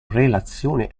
relazione